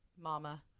mama